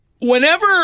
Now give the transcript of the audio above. whenever